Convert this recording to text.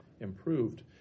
improved